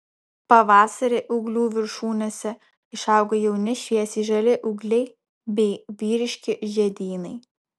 pavasarį ūglių viršūnėse išauga jauni šviesiai žali ūgliai bei vyriški žiedynai